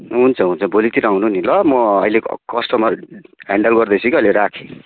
हुन्छ हुन्छ भोलितिर आउनू नि ल म अहिले कस्टमर ह्यान्डल गर्दैछु कि अहिले राखेँ